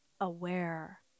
aware